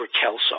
kelso